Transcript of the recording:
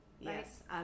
Yes